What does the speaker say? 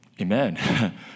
Amen